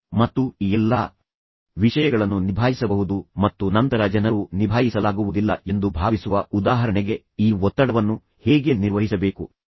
ಮತ್ತು ಈ ಎಲ್ಲಾ ವಿಷಯಗಳನ್ನು ನಿಭಾಯಿಸಬಹುದು ಮತ್ತು ನಂತರ ಜನರು ನಿಭಾಯಿಸಲಾಗುವುದಿಲ್ಲ ಎಂದು ಭಾವಿಸುವ ಉದಾಹರಣೆಗೆ ಈ ಒತ್ತಡವನ್ನು ಹೇಗೆ ನಿರ್ವಹಿಸಬೇಕು ಎಂಬುದನ್ನು ಒಬ್ಬರು ಕಲಿತರೆ ಮಧುಮೇಹ ಅಥವಾ ರಕ್ತದೊತ್ತಡವನ್ನು ನಿಭಾಯಿಸಬಹುದು